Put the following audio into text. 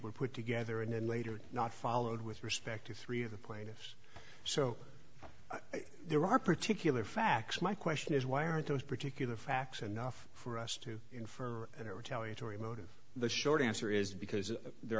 were put together and then later not followed with respect to three of the plaintiffs so there are particular facts my question is why aren't those particular facts enough for us to infer and it would tell you tory motive the short answer is because there